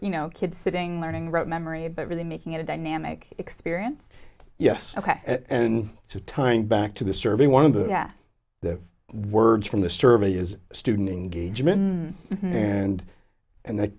you know kids sitting learning rote memory but really making it a dynamic experience yes and it's a time back to the survey one of the the words from the survey is student engagement and and th